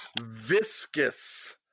Viscous